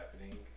happening